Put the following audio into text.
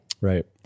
Right